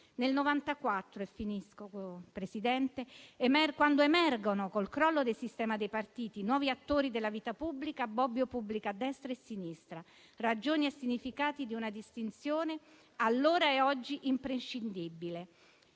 Nel 1994, quando emergono, col crollo del sistema dei partiti, nuovi attori della vita pubblica, Bobbio pubblica «Destra e Sinistra. Ragioni e significati di una distinzione politica» allora e oggi imprescindibile.